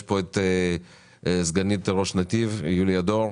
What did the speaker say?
יש פה את סגנית ראש נתיב, יוליה דור.